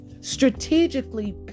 strategically